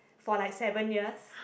for like seven years